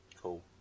Cool